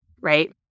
right